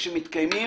כן.